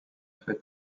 fait